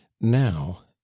now